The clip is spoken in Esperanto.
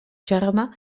ĉarma